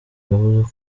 yavuze